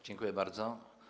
Dziękuję bardzo.